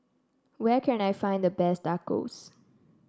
where can I find the best Tacos